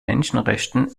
menschenrechten